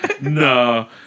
no